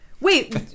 Wait